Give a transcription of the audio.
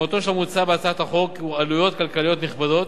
משמעותו של המוצע בהצעת החוק הוא עלויות כלכליות נכבדות.